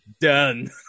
Done